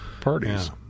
parties